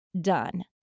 done